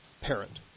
parent